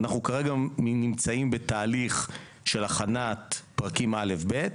כרגע אנחנו נמצאים בתהליך של הכנת פרקים א'-ב'.